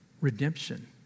redemption